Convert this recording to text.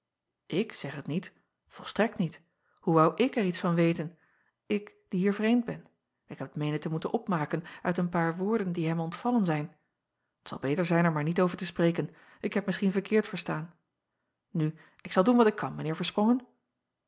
k zeg het niet volstrekt niet oe woû ik er iets van weten ik die hier vreemd ben k heb het meenen te moeten opmaken uit een paar woorden die hem ontvallen zijn t zal beter zijn er maar niet over te spreken ik heb misschien verkeerd verstaan u ik zal doen wat ik kan mijn eer ersprongen